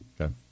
Okay